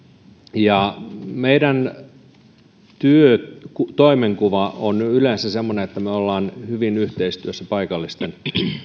ja meidän työn ja toimenkuvamme on yleensä semmoinen että me olemme hyvin yhteistyössä paikallisten